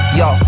yo